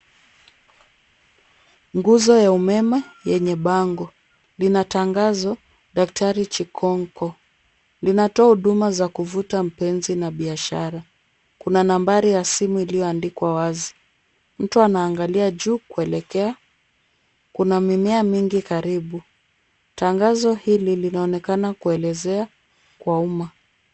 Nguzo ya umeme yenye bango, lina tangazo daktari Chikonko. Linatoa huduma za kuvuta mpenzi na biashara. Kuna nambari ya simu iliyoandikwa wazi. Mtu anaangalia juu kuelekea. Kuna mimea mingi karibu. Tangazo hili linaonekana kuelezea kwa umma.